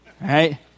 right